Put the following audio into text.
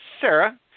Sarah